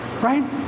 right